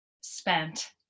spent